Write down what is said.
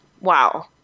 wow